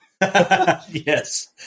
Yes